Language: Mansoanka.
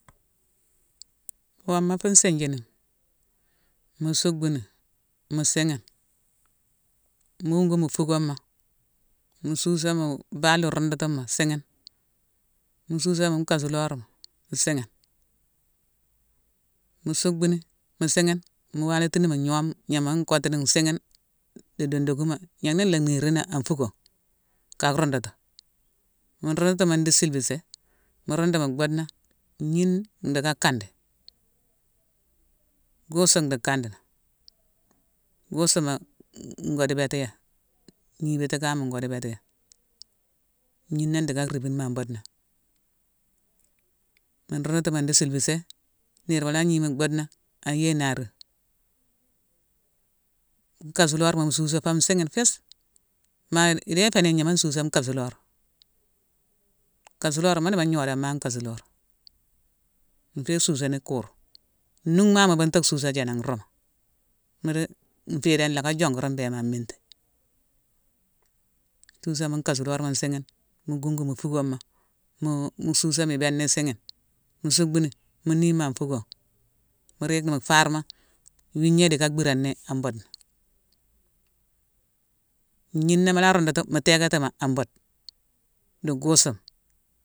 Woma fu nsinjénima, mu suckbuni, mu sighine. Mu wunku mu fugoma, mu susé mu baali rundutuma sighine, mu susé mu njkasulorma mu sighine, mu suckbuni mu sighine, mu walitini mu gnooma gnangh ma mu kottuni isighine di dondugughune; gnan lha niirine an fuckone, ka rundutu. Mu nrundutuma ndhi silvisé, mu rundu mu buudena ngnine ndhicka kandi guusu ndhi kandi. Guusu ngo di bétéya, gnii bitikan ngo di bétéya. Ngnina ndhicka ribine an budena. Mu nrundutuma ndhi silvisé. Niirma la gni mu buudena, ayéye narima. Kasulorma mu suusé fo nsighine fis. Maa ndé ifénan ignama nsusé nkasulorma. Nkasulorma mu dimo ngnodomane wu kasulorma. Ifé susé ni kurma. Nnunghma mu bunta susé jana, nrumu. Mu di ifédé nlocka jonguri mbéma an mintima. Mu susé mu nkasulorma nsighine, gungu mu fuckoma mu susé mi ibéna isighine, mu suckbuni, mu ni ma fuckoma, mu riini mu farma; iwigna idicka bhirani an bundena. Ngnina mu rundu, mu tékatimi an bundena di guusuma.